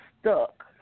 stuck